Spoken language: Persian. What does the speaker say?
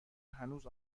هنوز